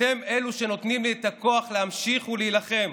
אתם אלה שנותנים לי את הכוח להמשיך להילחם.